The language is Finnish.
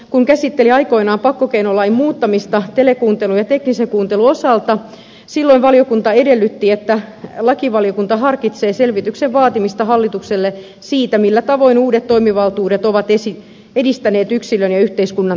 kun perustuslakivaliokunta käsitteli aikoinaan pakkokeinolain muuttamista telekuuntelun ja teknisen kuuntelun osalta silloin valiokunta edellytti että lakivaliokunta harkitsee selvityksen vaatimista hallitukselle siitä millä tavoin uudet toimivaltuudet ovat edistäneet yksilön ja yhteiskunnan turvallisuutta